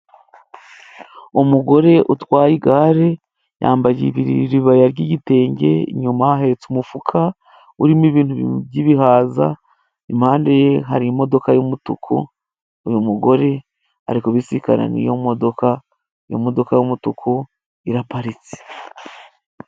Umugore utwaye igare yambaye iribaya ry'igitenge， inyuma ahetse umufuka urimo ibintu by'ibihaza， impande ye hari imodoka y’umutuku. Uyu mugore ari kubisikana n’iyo modoka， iyo modoka y’umutuku iraparitse.